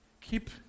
keep